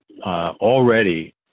already